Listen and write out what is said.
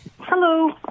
Hello